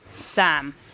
Sam